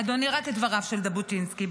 אדוני, רק דבריו של ז'בוטינסקי.